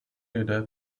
lidé